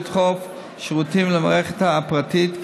"לדחוף" שירותים למערכת הפרטית,